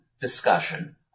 discussion